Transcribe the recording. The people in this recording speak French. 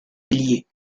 ailier